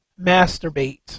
masturbate